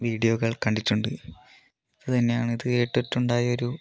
വീഡിയോകൾ കണ്ടിട്ടുണ്ട് അത് തന്നെയാണ് അത് കേട്ടിട്ടുണ്ടായൊരു